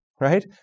Right